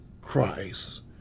Christ